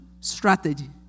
strategy